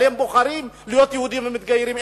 אבל אם בוחרים להיות יהודים ומתגיירים,